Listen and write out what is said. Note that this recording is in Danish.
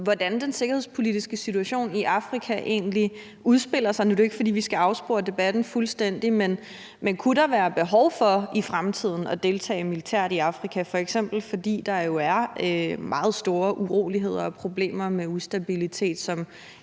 hvordan den sikkerhedspolitiske situation i Afrika egentlig udspiller sig? Nu er det jo ikke, fordi vi skal afspore debatten fuldstændig, men kunne der være behov for i fremtiden at deltage militært i Afrika? Det kunne f.eks. være, fordi der jo er meget store uroligheder og problemer med ustabilitet,